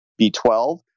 B12